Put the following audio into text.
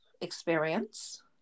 experience